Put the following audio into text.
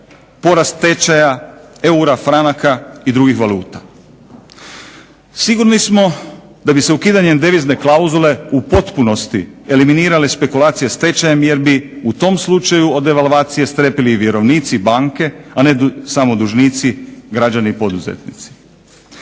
porast tečaja eura, franaka i drugih valuta. Sigurni smo da bi se ukidanjem devizne klauzule u potpunosti eliminirale spekulacije s tečajem jer bi u tom slučaju od devalvacije strepili i vjerovnici i banke, a ne samo dužnici, građani, poduzetnici.